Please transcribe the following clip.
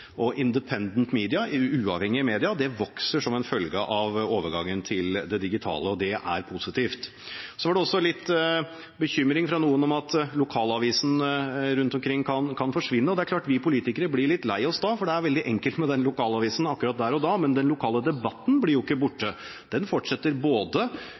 og «independent media», uavhengige medier, vokser som en følge av overgangen til det digitale – og det er positivt. Så var det også litt bekymring hos noen for at lokalavisen rundt omkring kan forsvinne, og det er klart at vi politikere blir litt lei oss da, for det er veldig enkelt med den lokalavisen akkurat der og da. Men den lokale debatten blir jo ikke borte, den fortsetter